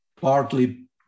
partly